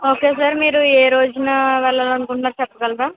okay sir మీరు ఏరోజున వెళ్ళాలి అనుకుంటున్నారో చెప్పగలరా